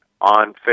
on